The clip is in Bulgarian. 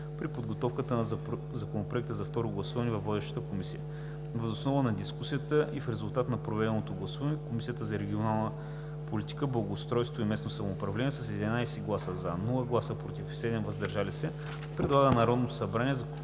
при подготовката на Законопроекта за второ гласуване във водещата комисия. Въз основа на дискусията и в резултат на проведеното гласуване Комисията по регионална политика, благоустройство и местно самоуправление с: 11 гласа – „за”, без „против“ и 7 гласа – „въздържали се“, предлага на Народното събрание